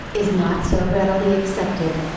is not so readily accepted.